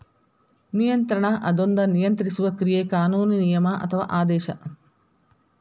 ನಿಯಂತ್ರಣ ಅದೊಂದ ನಿಯಂತ್ರಿಸುವ ಕ್ರಿಯೆ ಕಾನೂನು ನಿಯಮ ಅಥವಾ ಆದೇಶ